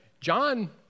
John